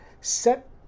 set